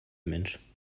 mensch